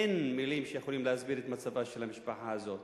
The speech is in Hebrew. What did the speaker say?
אין מלים שיכולות להסביר את מצבה של המשפחה הזו.